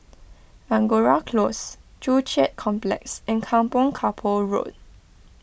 Angora Close Joo Chiat Complex and Kampong Kapor Road